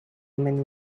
many